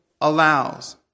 allows